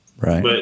right